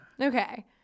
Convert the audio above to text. Okay